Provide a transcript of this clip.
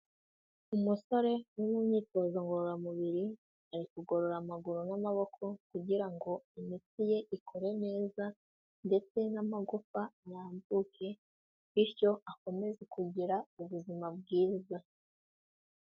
Umusore uri mu myitozo ngororamubiri, ari kugorora amaguru n'amaboko, kugira ngo imitsi ye ikore neza, ndetse n'amagufa arambuke, bityo akomeze kugira ubuzima bwiza.